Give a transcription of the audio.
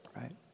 right